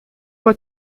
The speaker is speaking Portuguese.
uma